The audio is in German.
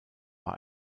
war